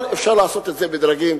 אבל אפשר לעשות את זה מדרגי.